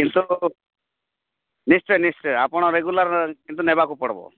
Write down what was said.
କିନ୍ତୁ ନିଶ୍ଚୟ ନିଶ୍ଚୟ ଆପଣ ରେଗୁଲାର୍ କିନ୍ତୁ ନେବାକୁ ପଡ଼ିବ